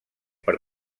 per